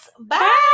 Bye